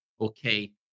okay